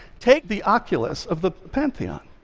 take the oculus of the pantheon.